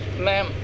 ma'am